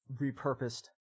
repurposed